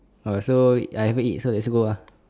all right so I haven't eat so let's go ah